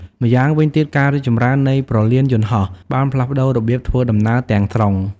ម្យ៉ាងវិញទៀត ការរីកចម្រើននៃព្រលានយន្តហោះ បានផ្លាស់ប្តូររបៀបធ្វើដំណើរទាំងស្រុង។